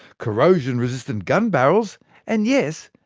corrosion-resistant gun barrels and yes,